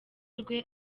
rwe